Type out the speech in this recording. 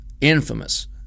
infamous